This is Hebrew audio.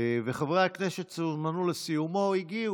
חברי הכנסת שהוזמנו לסיומו הגיעו.